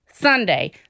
Sunday